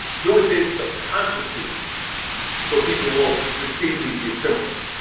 doing things subconsciously so people won't perceive me to be a criminal.